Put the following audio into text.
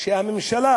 שהממשלה